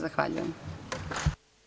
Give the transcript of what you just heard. Zahvaljujem.